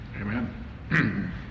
Amen